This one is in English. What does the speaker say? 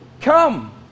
Come